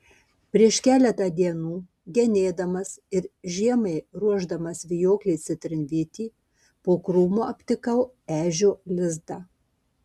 prieš keletą dienų genėdamas ir žiemai ruošdamas vijoklį citrinvytį po krūmu aptikau ežio lizdą